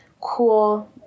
cool